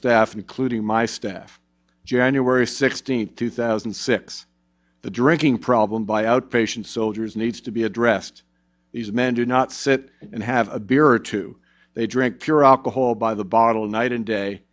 staff including my staff january sixteenth two thousand and six the drinking problem by outpatient soldiers needs to be addressed these men do not sit and have a beer or two they drink pure alcohol by the bottle night and day